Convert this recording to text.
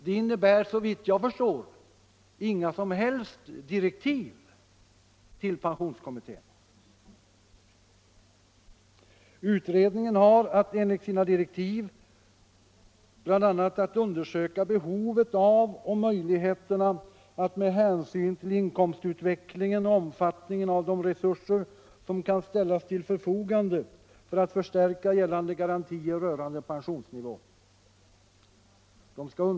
Det innebär såvitt jag förstår inga som helst direktiv till pensionskommittén. Utredningen har enligt sina direktiv bl.a. att undersöka behovet av och möjligheterna att med hänsyn till inkomstutvecklingen och omfattningen av de resurser som kan ställas till förfogande förstärka gällande garantier rörande pensionsnivån.